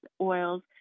oils